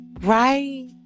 right